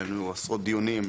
היו עשרות דיונים,